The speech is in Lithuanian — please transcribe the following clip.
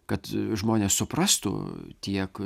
kad žmonės suprastų tiek